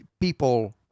people